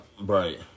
Right